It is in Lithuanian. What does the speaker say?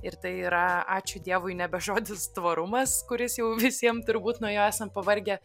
ir tai yra ačiū dievui nebe žodis tvarumas kuris jau visiem turbūt nuo jo esam pavargę